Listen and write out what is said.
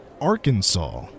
Arkansas